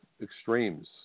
extremes